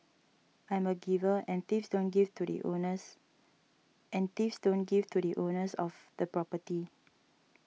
I'm a giver and thieves don't give to the owners and thieves don't give to the owners of the property